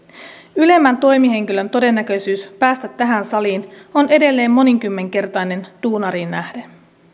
ylemmän toimihenkilön todennäköisyys päästä tähän saliin on edelleen monikymmenkertainen duunariin nähden